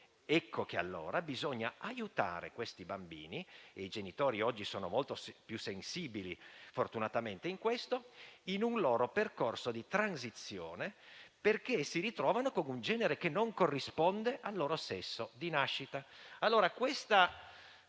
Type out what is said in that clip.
Ecco allora che bisogna aiutare quei bambini - e i genitori oggi sono molto più sensibili, fortunatamente, in questo - in un loro percorso di transizione, perché si ritrovano con un genere che non corrisponde al loro sesso di nascita.